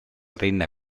reina